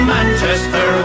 Manchester